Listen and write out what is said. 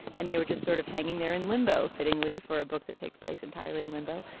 and they were just sort of hanging there in limbo fittingly for a book that takes place entirely in limbo.